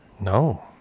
No